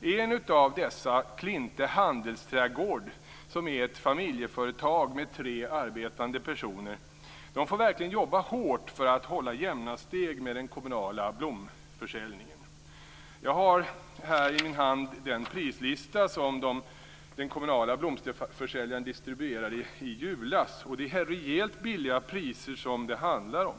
I en av dessa - Klinte Handelsträdgård, som är ett familjeföretag med tre arbetande personer - får man verkligen jobba hårt för att hålla jämna steg med den kommunala blomförsäljningen. Jag har här i min hand den prislista som den kommunala blomsterförsäljaren distribuerade i julas. Det är rejält låga priser som det handlar om.